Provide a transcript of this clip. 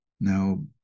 Now